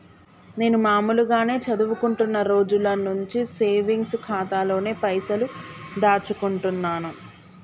నేను మామూలుగానే చదువుకుంటున్న రోజుల నుంచి సేవింగ్స్ ఖాతాలోనే పైసలు దాచుకుంటున్నాను